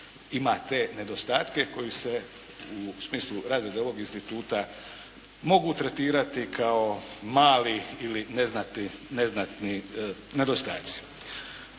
ima te nedostatke koji se u smislu razrade ovog instituta mogu tretirati kao mali ili neznatni nedostaci.